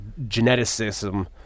geneticism